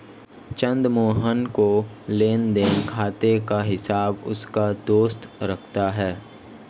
चंद्र मोहन के लेनदेन खाते का हिसाब उसका दोस्त रखता है